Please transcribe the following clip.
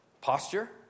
posture